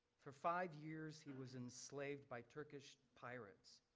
for five years he was enslaved by turkish pirates.